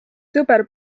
sõber